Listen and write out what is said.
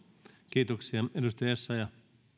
arvoisa